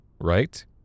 right